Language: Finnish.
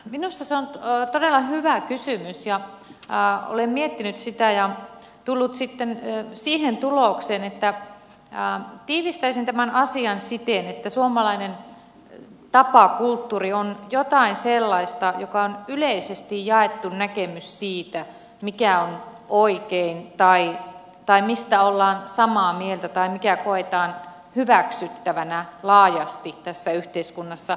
minusta se on todella hyvä kysymys ja olen miettinyt sitä ja tullut sitten siihen tulokseen tiivistäisin tämän asian siten että suomalainen tapakulttuuri on jotain sellaista joka on yleisesti jaettu näkemys siitä mikä on oikein tai mistä ollaan samaa mieltä tai mikä koetaan hyväksyttävänä laajasti tässä yhteiskunnassa